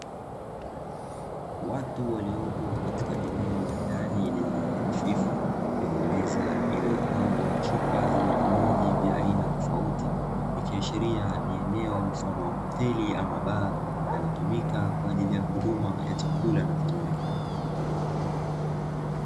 Watu waliopo katika eneo la ndani lenye mwanga hafifu, lenye Meza iliyopangwa, Chupa zenye vinywaji vya aina tofauti ikiashiria Ni eneo mfano wa hoteli au baa inayotumika kwaajili ya chakula na vinywaji.